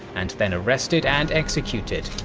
and then, arrested and executed.